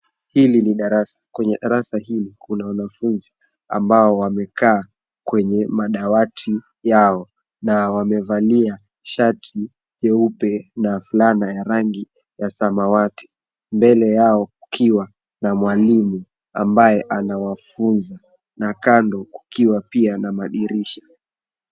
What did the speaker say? Hili ni darasa. Kwenye darasa hili, kuna wanafunzi ambao wamekaa kwenye madawati yao na wamevalia shati nyeupe na fulana ya rangi ya samawati. Mbele yao kukiwa na mwalimu ambaye anawafunza na kando kukiwa pia na madirisha.